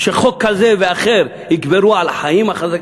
שחוק כזה ואחר יגברו על החיים,